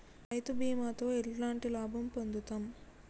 రైతు బీమాతో ఎట్లాంటి లాభం పొందుతం?